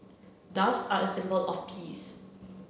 doves are a symbol of peace